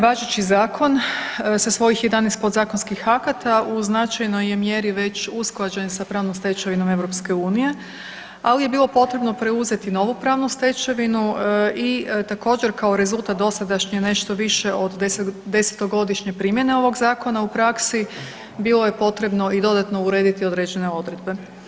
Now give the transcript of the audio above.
Važeći zakon sa svojih 11 podzakonskih akata u značajnoj je mjeri već usklađen sa pravnom stečevinom EU, ali je bilo potrebno preuzeti novu pravnu stečevinu i također kao rezultat dosadašnje nešto više od desetogodišnje primjene ovog zakona u praksi, bilo je potrebno i dodatno urediti određene odredbe.